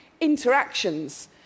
interactions